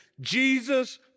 Jesus